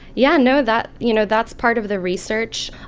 yeah, no, that you know, that's part of the research.